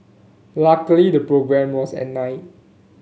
luckily the programme was at night